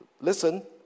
listen